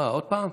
מה, עוד פעם?